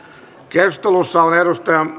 keskustelussa on merja